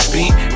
Beat